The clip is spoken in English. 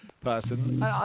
person